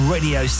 Radio